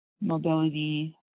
mobility